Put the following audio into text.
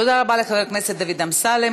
תודה רבה לחבר הכנסת דוד אמסלם.